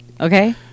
Okay